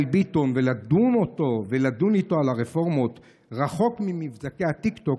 ולדון איתו על הרפורמות רחוק ממבזקי הטיקטוק,